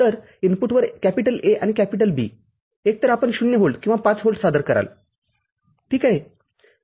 तर इनपुटवर A आणि B एकतर आपण ० व्होल्ट किंवा ५ व्होल्ट सादर कराल ठीक आहे